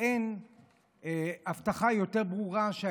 אין הבטחה יותר ברורה של